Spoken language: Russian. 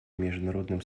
международным